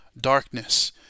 darkness